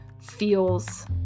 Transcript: feels